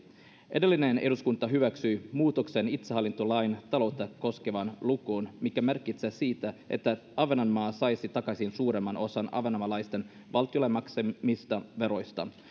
edellinen eduskunta hyväksyi muutoksen itsehallintolain taloutta koskevan lukuun mikä merkitsee sitä että ahvenanmaa saisi takaisin suuremman osan ahvenanmaalaisten valtiolle maksamista veroista